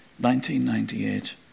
1998